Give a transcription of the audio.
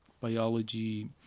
biology